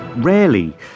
Rarely